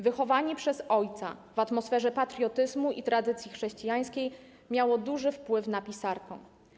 Wychowanie przez ojca, w atmosferze patriotyzmu i tradycji chrześcijańskiej miało duży wpływ na pisarkę.